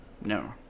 No